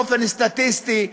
באופן סטטיסטי,